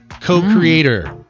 co-creator